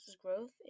growth